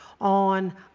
on